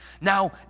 now